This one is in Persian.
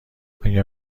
آیا